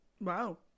Wow